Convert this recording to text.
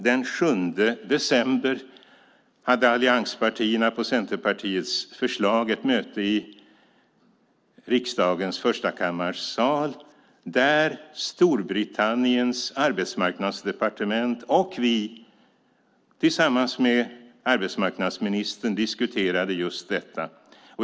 Den 7 december hade allianspartierna, på Centerpartiets förslag, ett möte i riksdagens förstakammarsal där Storbritanniens arbetsmarknadsdepartement och vi, tillsammans med arbetsmarknadsministern, diskuterade just detta.